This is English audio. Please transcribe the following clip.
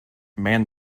man